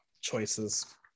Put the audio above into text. choices